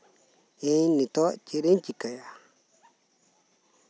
ᱤᱧ ᱱᱤᱛᱳᱜ ᱪᱮᱫ ᱤᱧ ᱪᱤᱠᱟᱹᱭᱟ